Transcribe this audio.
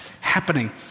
happening